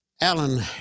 Alan